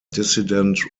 dissident